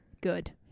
good